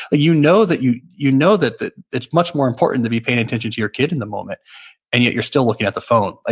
you know you you know that that it's much more important to be paying attention to your kid in the moment and yet you're still looking at the phone. ah